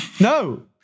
no